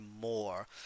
more